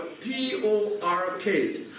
P-O-R-K